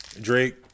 Drake